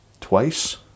twice